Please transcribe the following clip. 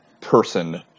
person